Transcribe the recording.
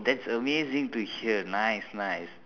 that's amazing to hear nice nice